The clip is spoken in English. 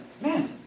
man